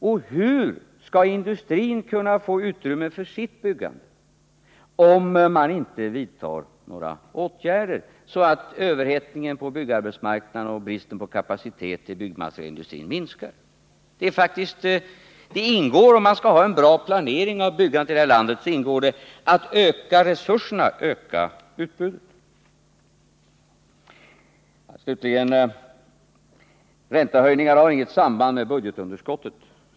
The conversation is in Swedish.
Och hur skall industrin kunna få utrymme för sitt byggande, om man inte vidtar några åtgärder för att komma till rätta med överhettningen på byggarbetsmarknaden och minska bristen på kapacitet inom byggnadsindustrin? I en god planering av byggandet här i landet ingår en ökning av resurserna och av utbudet. Slutligen säger Gösta Bohman att räntehöjningarna inte har något samband med budgetunderskottet.